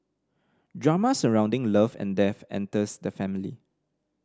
drama surrounding love and death enters the family